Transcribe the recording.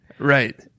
Right